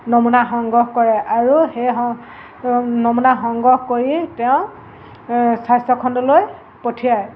নমুনা সংগ্ৰহ কৰে আৰু সেই নমনা সংগ্ৰহ কৰি তেওঁ স্বাস্থ্যখণ্ডলৈ পঠিয়ায়